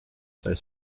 sai